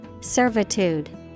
Servitude